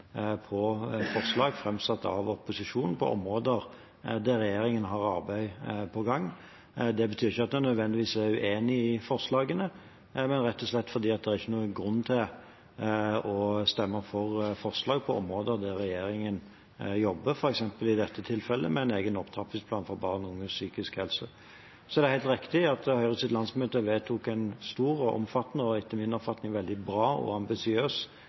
på forslag framsatt av opposisjonen på områder der regjeringen har arbeid på gang. Det betyr ikke nødvendigvis at en er uenig i forslagene, men rett og slett at det ikke er noen grunn til å stemme for forslag på områder der regjeringen jobber med f.eks. – i dette tilfellet – en egen opptrappingsplan for barn og unges psykiske helse. Det er helt riktig at Høyres landsmøte vedtok en stor og omfattende – og etter min oppfatning veldig bra og ambisiøs